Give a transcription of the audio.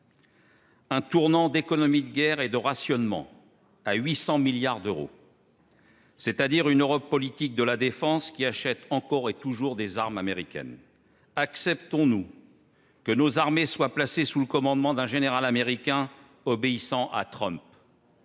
d’un tournant d’économie de guerre et de rationnement, à 800 milliards d’euros, c’est à dire d’une Europe politique de la défense, qui achète encore et toujours des armes américaines. Acceptons nous que nos armées soient placées sous le commandement d’un général américain obéissant à Trump